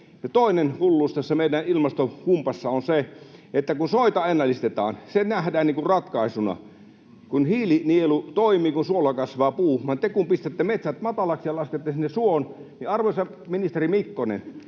toinen hulluus tässä meidän ilmastohumpassa on se, että kun soita ennallistetaan, se nähdään ratkaisuna. Hiilinielu toimii, kun suolla kasvaa puu, vaan te kun pistätte metsät matalaksi ja laskette sinne suon, niin, arvoisa ministeri Mikkonen,